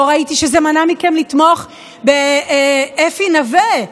לא ראיתי שזה מנע מכם לתמוך באפי נווה,